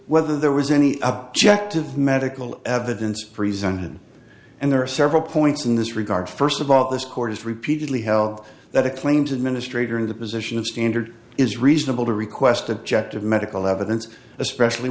whether there was any objective medical evidence presented and there are several points in this regard first of all this court has repeatedly held that a claims administrator in the position of standard is reasonable to request objective medical evidence especially